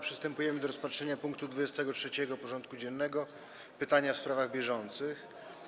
Przystępujemy do rozpatrzenia punktu 23. porządku dziennego: Pytania w sprawach bieżących.